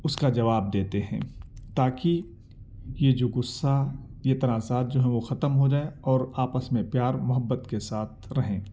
اس کا جواب دیتے ہیں تاکہ یہ جو غصہ یہ تنازعات جو ہیں ختم ہو جائیں اور آپس میں پیار محبت کے ساتھ رہیں